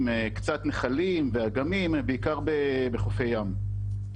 קצת נחלים ואגמים ובעיקר בחופי ים.